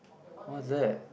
what's that